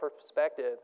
perspective